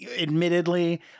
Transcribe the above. admittedly